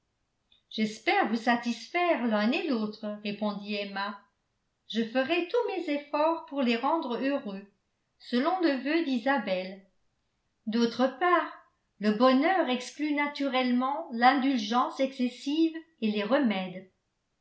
j'espère vous satisfaire l'un et l'autre répondit emma je ferai tous mes efforts pour les rendre heureux selon le vœu d'isabelle d'autre part le bonheur exclut naturellement l'indulgence excessive et les remèdes